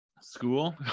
School